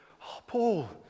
Paul